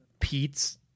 Pete's